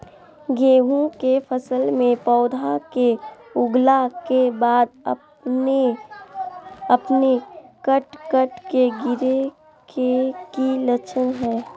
गेहूं के फसल में पौधा के उगला के बाद अपने अपने कट कट के गिरे के की लक्षण हय?